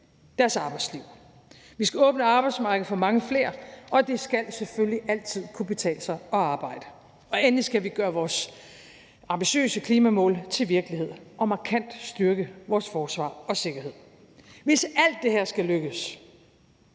deres arbejdsliv. Vi skal åbne arbejdsmarkedet for mange flere, og det skal selvfølgelig altid kunne betale sig at arbejde. Endelig skal vi gøre vores ambitiøse klimamål til virkelighed og markant styrke vores forsvar og sikkerhed. Hvis alt det her skal lykkes,